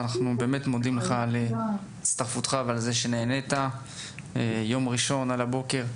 ואנחנו באמת מודים לך על הצטרפותך ועל זה שנענית ביום ראשון על הבוקר.